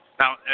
Now